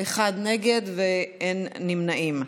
אחד נגד ואין נמנעים.